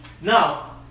Now